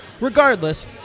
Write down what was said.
Regardless